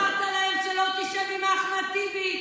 אמרת להם שלא תשב עם אחמד טיבי,